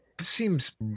seems